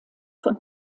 von